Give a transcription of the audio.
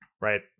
Right